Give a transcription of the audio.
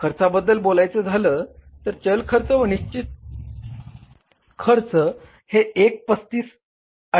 खर्चा बद्द्ल बोलायच झाल तर चल खर्च व निश्चित खर्च हे 135000 आहेत